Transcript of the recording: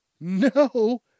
No